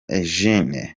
eugenie